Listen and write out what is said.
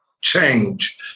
change